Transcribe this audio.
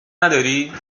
نداری